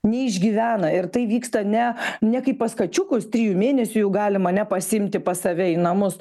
neišgyvena ir tai vyksta ne ne kaip pas kačiukus trijų mėnesių jau galim ane pasiimti pas save į namus